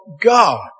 God